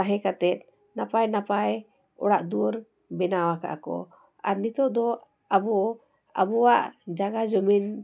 ᱛᱟᱦᱮᱸ ᱠᱟᱛᱮᱫ ᱱᱟᱯᱟᱭ ᱱᱟᱯᱟᱭ ᱚᱲᱟᱜ ᱫᱩᱣᱟᱹᱨ ᱵᱮᱱᱟᱣ ᱟᱠᱟᱫ ᱠᱚ ᱟᱨ ᱱᱤᱛᱚᱜ ᱫᱚ ᱟᱵᱚ ᱟᱵᱚᱣᱟᱜ ᱡᱟᱜᱟ ᱡᱚᱢᱤᱱ